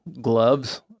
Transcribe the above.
gloves